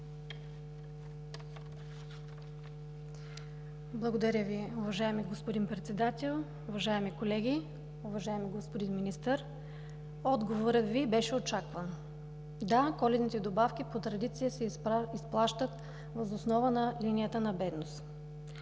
Благодаря Ви, уважаеми господин Председател. Уважаеми колеги! Уважаеми господин Министър, отговорът Ви беше очакван. Да, коледните добавки по традиция се изплащат въз основа на линията на бедност.